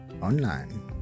online